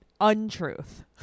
untruth